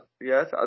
Yes